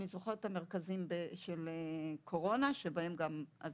אני זוכרת את המרכזים של קורונה, שבהם גם עזרתי.